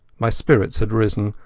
my spirits had risen,